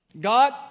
God